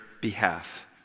behalf